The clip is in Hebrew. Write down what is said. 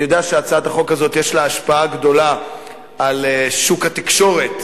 אני יודע שהצעת החוק הזאת יש לה השפעה גדולה על שוק התקשורת,